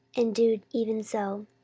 and do even so.